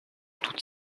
toutes